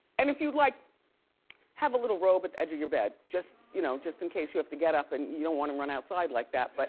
and if you'd like have a little robe at the edge of your bed, just you know, just in case you have to get up and you don't wanna run outside like that. but